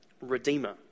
redeemer